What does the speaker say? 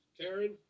Karen